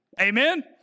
amen